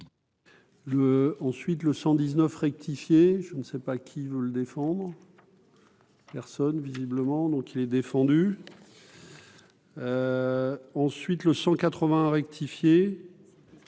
Ensuite, le 119 rectifié, je ne sais pas qui veulent défendre personne visiblement donc il est défendu. Ensuite, le 180 rectifié